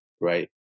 right